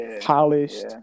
Polished